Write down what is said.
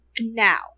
Now